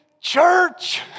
church